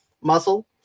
muscle